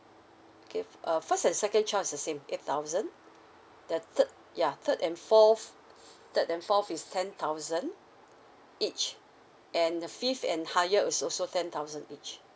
okay err first and second child is the same eight thousand the third ya third and forth third and forth is ten thousand each and the fifth higher is also ten thousand each